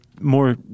more